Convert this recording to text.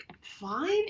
fine